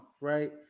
right